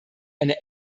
eine